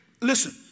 listen